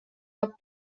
are